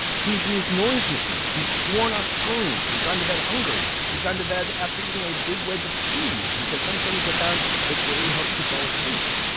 he's used noise machines. he's sworn off screens. he's gone to bed hungry. he's gone to bed after eating a big wedge of cheese because some studies have found that dairy helps you fall asleep.